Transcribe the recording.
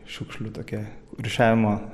šiukšlių tokia rūšiavimo